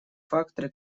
факторы